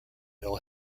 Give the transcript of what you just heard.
ill